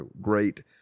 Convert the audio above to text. great